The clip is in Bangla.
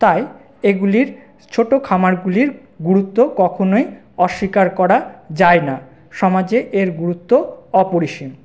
তাই এগুলির ছোটো খামারগুলির গুরুত্ব কখনওই অস্বীকার করা যায় না সমাজে এর গুরুত্ব অপরিসীম